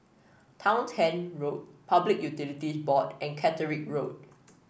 Townshend Road Public Utilities Board and Caterick Road